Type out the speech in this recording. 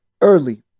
Early